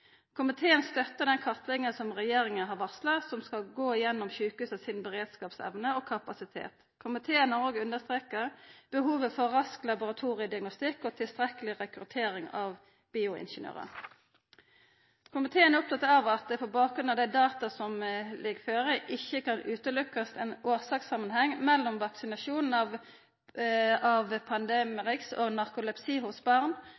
Komiteen støttar den kartlegginga som regjeringa har varsla, og som skal gå igjennom sjukehusa sine beredskapsevner og kapasitet. Komiteen har òg understreka behovet for rask laboratoriediagnostikk og tilstrekkeleg rekruttering av bioingeniørar. Komiteen er opptatt av at det på bakgrunn av dei data som ligg føre, ikkje kan utelukkast ein årsakssamanheng mellom vaksinasjon av Pandemrix og narkolepsi hos barn,